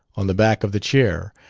on the back of the chair,